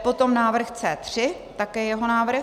Potom návrh C3, také jeho návrh.